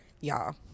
y'all